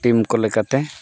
team ᱠᱚ ᱞᱮᱠᱟᱛᱮ